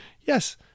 Yes